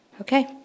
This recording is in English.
Okay